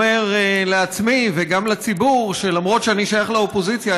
אני אומר לעצמי וגם לציבור שלמרות שאני שייך לאופוזיציה,